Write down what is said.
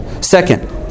Second